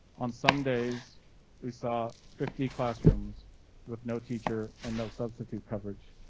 on some days we saw fifty classrooms with no teacher and no substitute coverage.